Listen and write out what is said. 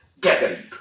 gathering